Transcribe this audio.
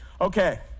Okay